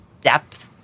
depth